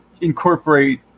incorporate